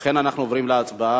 אכן, אנחנו עוברים להצבעה.